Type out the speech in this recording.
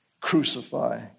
crucify